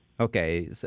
Okay